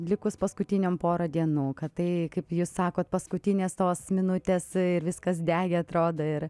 likus paskutinėm porą dienų kad tai kaip jūs sakot paskutinės tos minutės ir viskas degė atrodo ir